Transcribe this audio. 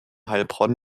heilbronn